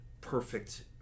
perfect –